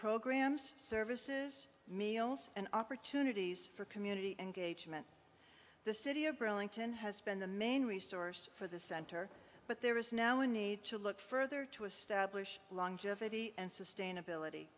programs services meals and opportunities for community engagement the city of brilinta and has been the main resource for the center but there is now a need to look further to establish longevity and sustainability